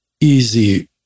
easy